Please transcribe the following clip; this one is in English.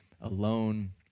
alone